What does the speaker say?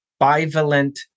bivalent